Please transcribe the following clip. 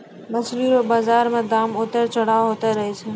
मछली रो बाजार मे दाम उतार चढ़ाव होते रहै छै